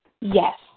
Yes